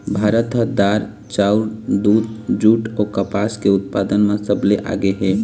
भारत ह दार, चाउर, दूद, जूट अऊ कपास के उत्पादन म सबले आगे हे